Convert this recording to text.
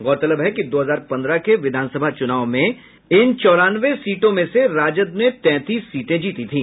गौरतलब है कि दो हजार पन्द्रह के विधानसभा चुनाव में इन चौरानवे सीटों में से राजद ने तैंतीस सीटें जीती थी